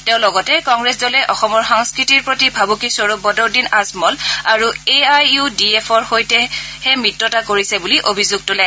তেওঁ লগতে কংগ্ৰেছ দলে অসমৰ সংস্থতিৰ প্ৰতি ভাবুকি স্বৰূপ বদৰুদ্দিন আজমল আৰু এ আই ইউ ডি এফৰ সৈতেহে মিত্ৰতা কৰিছে বুলি অভিযোগ তোলে